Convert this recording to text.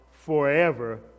Forever